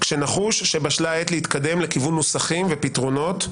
כשנחוש שבשלה העת להתקדם לכיוון נוסחים ופתרונות,